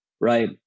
right